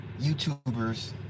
youtubers